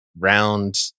Round